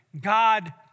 God